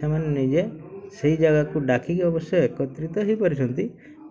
ସେମାନେ ନିଜେ ସେଇ ଜାଗାକୁ ଡାକିକି ଅବଶ୍ୟ ଏକତ୍ରିତ ହେଇପାରୁଛନ୍ତି